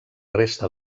resta